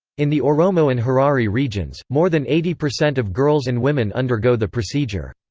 in the oromo and harari regions, more than eighty percent of girls and women undergo the procedure.